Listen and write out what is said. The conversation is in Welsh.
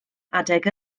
adeg